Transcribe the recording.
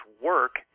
work